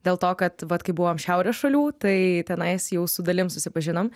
dėl to kad vat kai buvom šiaurės šalių tai tenais jau su dalim susipažinom